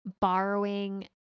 borrowing